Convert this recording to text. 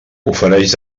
ofereix